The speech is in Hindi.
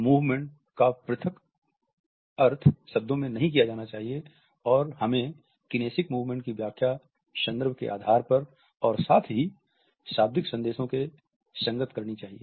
मूवमेंट्स का अर्थ पृथक शब्दों में नहीं किया जाना चाहिए और हमें किनेसिक मूवमेंट्स की व्याख्या संदर्भ के आधार पर और साथ ही शाब्दिक संदेशों के संगत करनी चाहिए